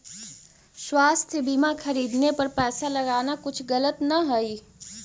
स्वास्थ्य बीमा खरीदने पर पैसा लगाना कुछ गलत न हई